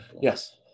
Yes